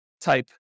type